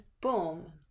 boom